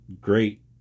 Great